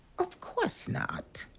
of course not.